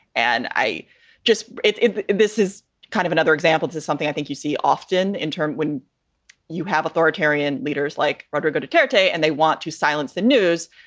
and i just this is kind of another example to something i think you see often in turn when you have authoritarian leaders like rodrigo to caretake and they want to silence the news.